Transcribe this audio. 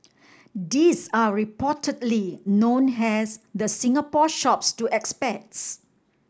these are reportedly known as the Singapore Shops to expats